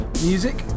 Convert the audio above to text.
Music